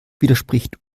widerspricht